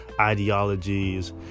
ideologies